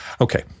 Okay